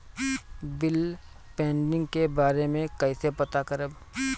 Bill pending के बारे में कईसे पता करब?